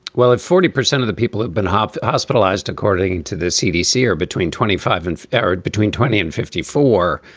well, if forty percent of the people have been hospitalized, according to the cdc, or between twenty five and arod between twenty and fifty four.